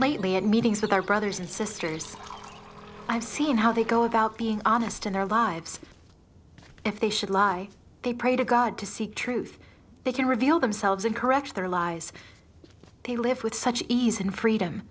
lately at meetings with our brothers and sisters i've seen how they go about being honest in their lives if they should lie they pray to god to seek truth they can reveal themselves and correct their lies they live with such ease and freedom